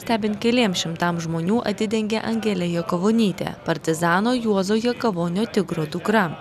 stebint keliems šimtams žmonių atidengė angelė jakavonytė partizano juozo jakavonio tigro dukra